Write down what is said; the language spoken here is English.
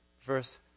Verse